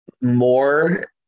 more